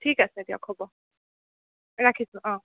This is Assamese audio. ঠিক আছে দিয়ক হ'ব ৰাখিছোঁ অঁ